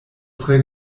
tre